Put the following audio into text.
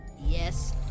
Yes